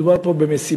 מדובר פה במסיבות